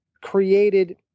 created